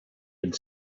had